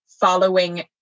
following